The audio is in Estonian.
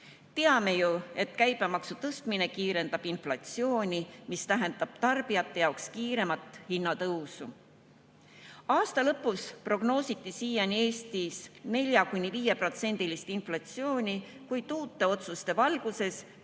Teame ju, et käibemaksu tõstmine kiirendab inflatsiooni, mis tähendab tarbijate jaoks kiiremat hinnatõusu. Aasta lõpus prognoositi siiani Eestis 4–5%-list inflatsiooni, kuid uute otsuste valguses